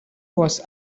was